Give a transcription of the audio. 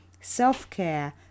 self-care